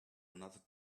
another